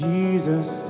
Jesus